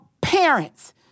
parents